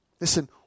Listen